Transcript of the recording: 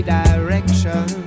direction